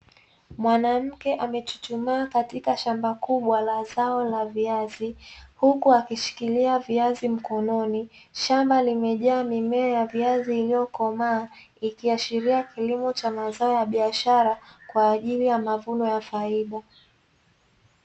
Mwanamke amechuchumaa katika shamba kubwa la zao la viazi, huku akishikilia viazi mkononi, shamba limejaa mimea ya viazi iliyokomaa, ikiashiria kilimo cha mazao ya biashara kwa ajili ya mavuno ya faida.